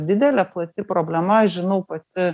didelė plati problema aš žinau pati